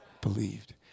believed